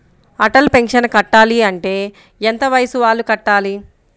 Atal pension కట్టాలి అంటే ఎంత వయసు వాళ్ళు కట్టాలి?